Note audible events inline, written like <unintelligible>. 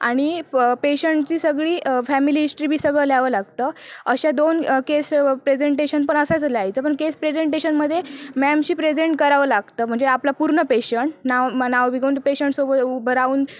आणि प पेशंटची सगळी फॅमिली हिस्ट्री पण सगळं लिहावं लागतं अशा दोन केस प्रेझेंटेशन पण असायचं लिहायचं पण केस प्रेझेंटेशनमध्ये मॅमशी प्रेझेंट करावं लागतं म्हणजे आपला पूर्ण पेशंट नाव <unintelligible> नाव पेशंटसोबत उभं राहून